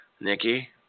Nikki